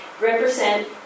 represent